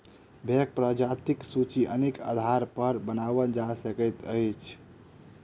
भेंड़क प्रजातिक सूची अनेक आधारपर बनाओल जा सकैत अछि